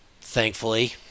Thankfully –